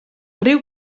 riu